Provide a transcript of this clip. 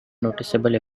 noticeable